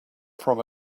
from